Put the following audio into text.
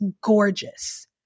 gorgeous